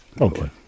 okay